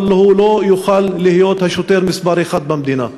אבל הוא לא יוכל להיות השוטר מספר אחת במדינה.